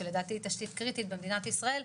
שלדעתי התשתית קריטית במדינת ישראל,